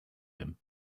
him